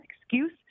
excuse—